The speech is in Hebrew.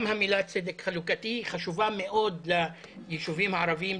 המילה צדק חלוקתי חשובה מאוד לישובים הערבים,